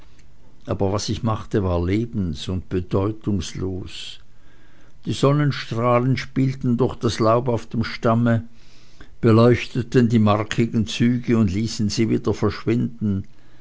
aber was ich machte war leben und bedeutungslos die sonnenstrahlen spielten durch das laub auf dem stamme beleuchteten die markigen züge und ließen sie wieder verschwinden